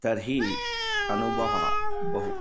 तर्हि अनुभवः बहु